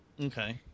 Okay